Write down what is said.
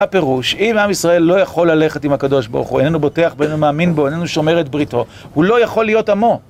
הפירוש, אם עם ישראל לא יכול ללכת עם הקדוש ברוך הוא, איננו בוטח ואיננו מאמין בו, איננו שומר את בריתו, הוא לא יכול להיות עמו.